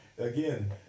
again